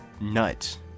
nuts